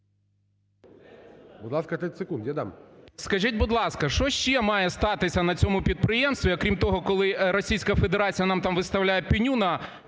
Скажіть, будь ласка, що ще має статися на цьому підприємстві, окрім того, коли Російська Федерація нам там виставляє пеню на